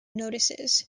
notices